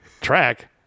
track